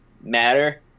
matter